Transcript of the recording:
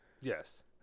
Yes